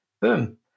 Boom